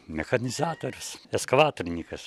mechanizatorius ekskavatorininkas